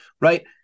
Right